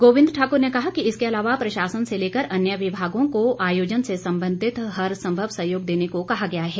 गोबिंद ठाकुर ने कहा कि इसके अलावा प्रशासन से लेकर अन्य विभागों को आयोजन से संबंधित हर संभव सहयोग देने को कहा गया है